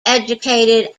educated